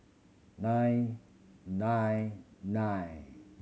nine nine nine